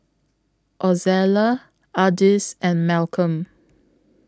Ozella Ardis and Malcolm